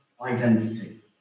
identity